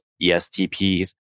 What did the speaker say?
ESTPs